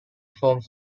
forms